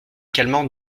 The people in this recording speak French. calmant